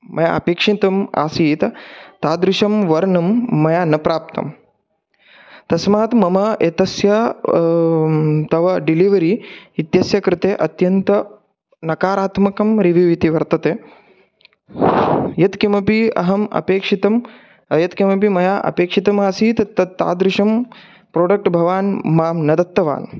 मया अपेक्षितम् आसीत् तादृशं वर्णं मया न प्राप्तं तस्मात् मम एतस्य तव डेलिवरि इत्यस्य कृते अत्यन्तनकारात्मकं रिविव् इति वर्तते यत्किमपि अहम् अपेक्षितं यत्किमपि मया अपेक्षितमासीत् तत् तादृशं प्रोडक्ट् भवान् मां न दत्तवान्